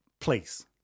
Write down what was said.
place